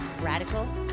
radical